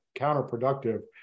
counterproductive